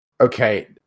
okay